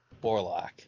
Borlock